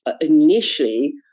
initially